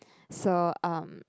so um